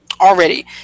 already